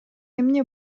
эмне